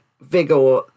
vigor